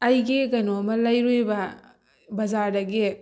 ꯑꯩꯒꯤ ꯀꯩꯅꯣꯝꯃ ꯂꯩꯔꯨꯏꯕ ꯕꯖꯥꯔꯗꯒꯤ